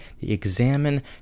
examine